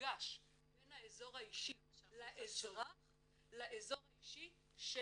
מפגש בין האזור האישי לאזרח לאזור האישי של